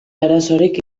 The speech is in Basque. arazorik